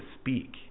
speak